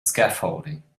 scaffolding